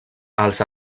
els